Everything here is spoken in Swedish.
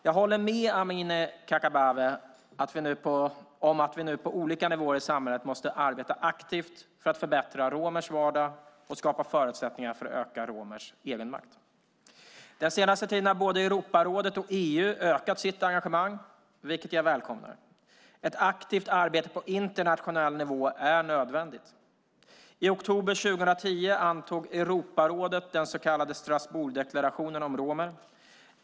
Jag håller med Amineh Kakabaveh om att vi nu på olika nivåer i samhället måste arbeta aktivt för att förbättra romers vardag och skapa förutsättningar för att öka romers egenmakt. Den senaste tiden har både Europarådet och EU ökat sitt engagemang, vilket jag välkomnar. Ett aktivt arbete på internationell nivå är nödvändigt. I oktober 2010 antog Europarådet den så kallade Strasbourgdeklarationen om romer.